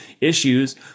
issues